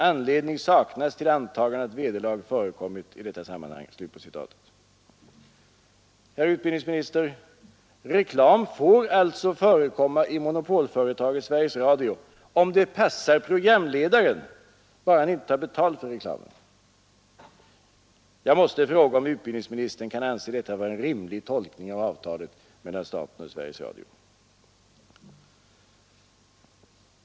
Anledning saknas till antagande att vederlag förekommit i detta sammanhang.” Herr utbildningsminister! Reklam får alltså förekomma i monopolföretaget Sveriges Radio om det passar programmakaren, bara han inte tar betalt för reklamen. Jag måste fråga om utbildningsministern kan anse detta vara en rimlig tolkning av avtalet mellan staten och Sveriges Radio.